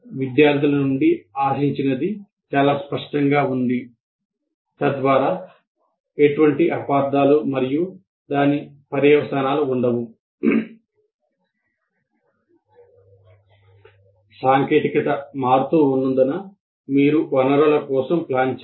విద్యార్థుల నుండి ఆశించినది చాలా స్పష్టంగా ఉంది తద్వారా ఎటువంటి అపార్థాలు మరియు దాని పర్యవసానాలు ఉండవు సాంకేతికత మారుతూ ఉన్నందున మీరు వనరుల కోసం ప్లాన్ చేయాలి